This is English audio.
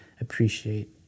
appreciate